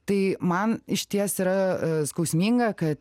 tai man išties yra skausminga kad